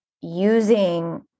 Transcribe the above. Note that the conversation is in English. using